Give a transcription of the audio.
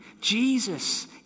Jesus